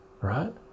right